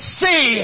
see